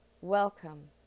Welcome